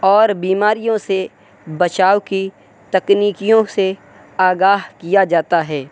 اور بیماریوں سے بچاؤ کی تکنیکیوں سے آگاہ کیا جاتا ہے